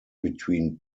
between